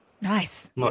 Nice